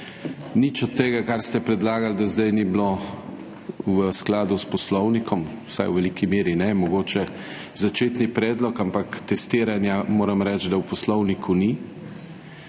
Nič od tega, kar ste predlagali do zdaj, ni bilo v skladu s poslovnikom, vsaj v veliki meri ne. Mogoče začetni predlog, ampak testiranja, moram reči, da v poslovniku ni.